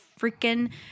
freaking